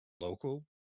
local